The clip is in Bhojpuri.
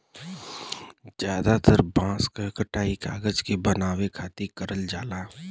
जादातर बांस क कटाई कागज के बनावे खातिर करल जाला